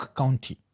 county